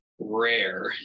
rare